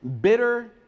bitter